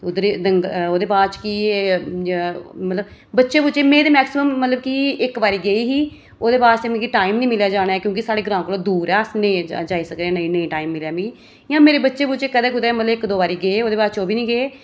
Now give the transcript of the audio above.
उद्धर दंगल ओह्दे बाद च कि मतलब बच्चे बुच्चे में ते मैक्सीमम मतलब की इक बारी गेई ही ओह्दे बाद च मिगी टाइम निं मिलेआ जाने दा क्योंकी साढ़े ग्रांऽ कोला दूर ऐ अस नेईं जाई सकने हैन नेईं टाइम मिलेआ मिगी इयां मेरे बच्चे बुच्चे कदें कुतै मतलब इक दो बारी गे ओह्दे बाद च ओह् बी निं गे